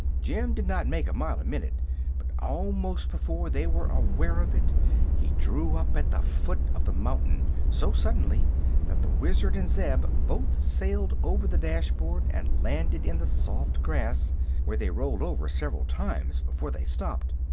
jim did not make a mile a minute but almost before they were aware of it he drew up at the foot of the mountain, so suddenly that the wizard and zeb both sailed over the dashboard and landed in the soft grass where they rolled over several times before they stopped.